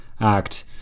Act